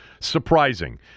Surprising